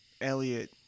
Elliot